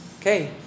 Okay